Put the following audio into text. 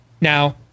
Now